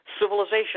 civilization